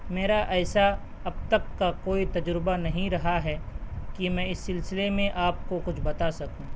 میرا ایسا اب تک کا کوئی تجربہ نہیں رہا ہے کہ میں اس سلسلے میں آپ کو کچھ بتا سکوں